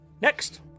Next